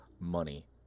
money